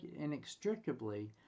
inextricably